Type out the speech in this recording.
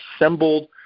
assembled